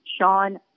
Sean